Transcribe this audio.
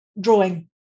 drawing